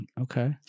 Okay